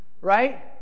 right